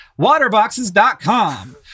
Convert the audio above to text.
waterboxes.com